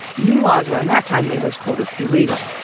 new laws around that time made those quotas illegal.